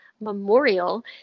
Memorial